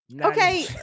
Okay